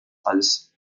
als